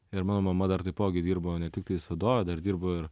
ir mano mama dar taipogi dirbo ne tiktais vadovė dar dirbo ir